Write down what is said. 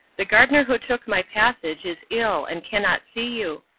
the gardener who took my passage is ill and cannot see you,